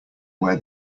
where